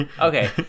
Okay